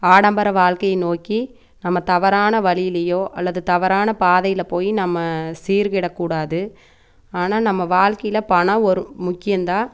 ஆடம்பர வாழ்க்கையை நோக்கி நம்ம தவறான வழியிலேயோ அல்லது தவறான பாதையில் போய் நம்ம சீர்கெடக்கூடாது ஆனால் நம்ம வாழ்க்கையில் பணம் ஒரு முக்கியந்தான்